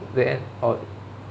then our